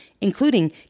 including